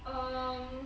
um